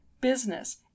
business